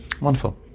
Wonderful